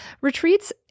retreats